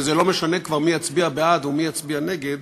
וזה לא משנה כבר מי יצביע בעד או מי יצביע נגד,